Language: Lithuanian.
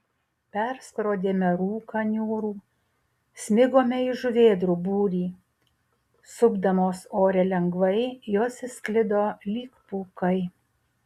perskrodėme rūką niūrų smigome į žuvėdrų būrį supdamos ore lengvai jos išsklido lyg pūkai